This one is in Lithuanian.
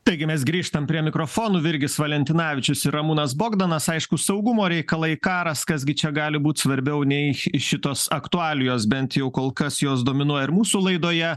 taigi mes grįžtam prie mikrofonų virgis valentinavičius ir ramūnas bogdanas aišku saugumo reikalai karas kas gi čia gali būt svarbiau nei šitos aktualijos bent jau kol kas jos dominuoja ir mūsų laidoje